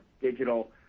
digital